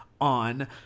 on